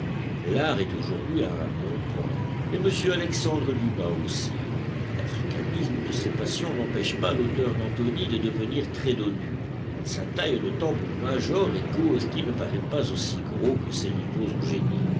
l'art est aujourd'hui à un bon point et m alexandre dumas aussi l'africanisme de ses passions n'empêche pas l'auteur d'antony de devenir très dodu sa taille de tambour-major est cause qu'il ne parait pas aussi gros que ses rivaux en génie